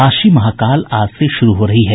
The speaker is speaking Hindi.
काशी महाकाल आज से शुरू हो रही है